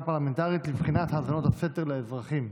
פרלמנטרית לבחינת האזנות הסתר לאזרחים,